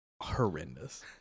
horrendous